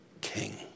king